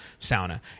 sauna